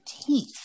teeth